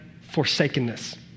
forsakenness